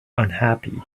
unhappy